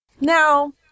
Now